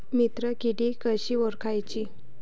मित्र किडी कशी ओळखाची?